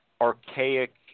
archaic